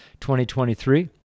2023